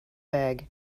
bag